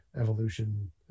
evolution